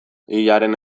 hilaren